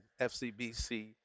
FCBC